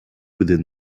within